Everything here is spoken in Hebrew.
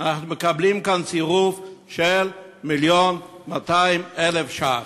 אנחנו מקבלים כאן צירוף של מיליון ו-200,000 ש"ח.